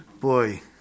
Boy